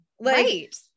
Right